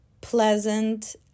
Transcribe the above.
pleasant